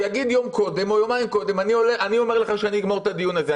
שיגיד יום קודם או יומיים קודם: אני אגמור את הדיון הזה.